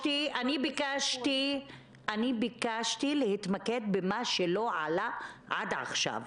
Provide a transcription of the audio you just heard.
ביקשתי להתמקד במה שלא עלה עד עכשיו,